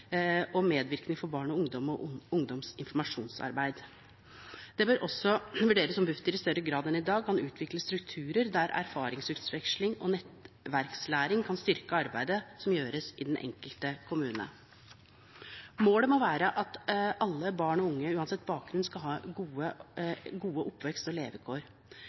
og ungdomsarbeid og medvirkning for barn og ungdom og ungdomsinformasjonsarbeid. Det bør også vurderes om Bufdir i større grad enn i dag kan utvikle strukturer der erfaringsutveksling og nettverkslæring kan styrke arbeidet som gjøres i den enkelte kommune. Målet må være at alle barn og unge, uansett bakgrunn, skal ha gode oppvekst- og levekår.